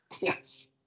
Yes